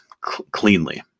cleanly